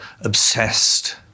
obsessed